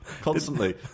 constantly